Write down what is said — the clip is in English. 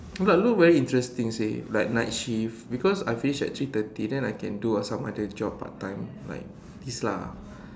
but looks very interesting seh like night shift because I finish at three thirty then I can do uh some other job part time like this lah